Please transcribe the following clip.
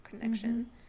connection